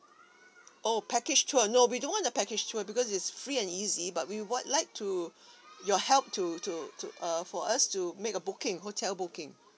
oh package tour no we don't want a package tour because it's free and easy but we would like to your help to to to uh for us to make a booking hotel booking